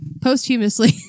posthumously